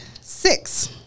six